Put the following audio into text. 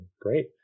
great